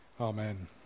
Amen